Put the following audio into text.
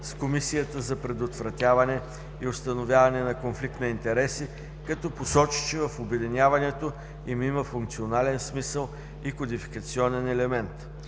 с Комисията за предотвратяване и установяване на конфликт на интереси, като посочи, че в обединяването им има функционален смисъл и кодификационен елемент.